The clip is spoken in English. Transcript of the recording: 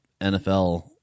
NFL